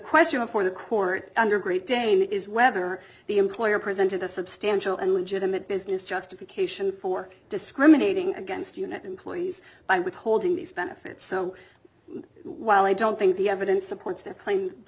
question for the court under great dane is whether the employer presented a substantial and legitimate business justification for discriminating against unit employees by withholding these benefits so while i don't think the evidence supports th